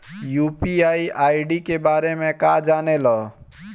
UPI ID के बारे में का जाने ल?